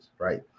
right